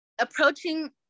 approaching